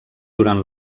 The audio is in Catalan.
durant